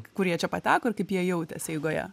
kur jie čia pateko ir kaip jie jautėsi eigoje